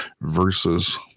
versus